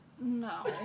No